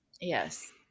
Yes